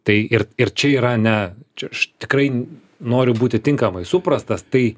tai ir ir čia yra ne čia aš tikrai noriu būti tinkamai suprastas tai